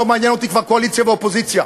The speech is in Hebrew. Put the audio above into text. לא מעניין אותי כבר קואליציה ואופוזיציה.